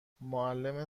معلم